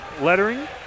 lettering